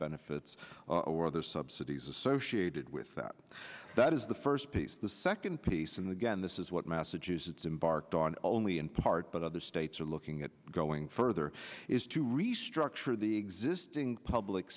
benefits or other subsidies associated with that that is the first piece the second piece in the again this is what massachusetts embarked on only in part but other states are looking at going further is to restructure the existing public